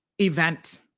event